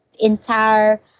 entire